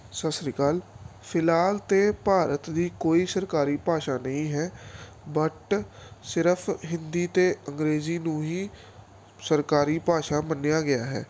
ਸਤਿ ਸ਼੍ਰੀ ਅਕਾਲ ਫਿਲਹਾਲ ਤਾਂ ਭਾਰਤ ਦੀ ਕੋਈ ਸਰਕਾਰੀ ਭਾਸ਼ਾ ਨਹੀਂ ਹੈ ਬਟ ਸਿਰਫ ਹਿੰਦੀ ਅਤੇ ਅੰਗਰੇਜ਼ੀ ਨੂੰ ਹੀ ਸਰਕਾਰੀ ਭਾਸ਼ਾ ਮੰਨਿਆ ਗਿਆ ਹੈ